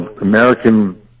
American